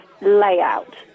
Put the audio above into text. layout